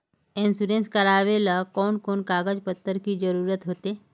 Insurance करावेल कोन कोन कागज पत्र की जरूरत होते?